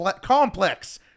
complex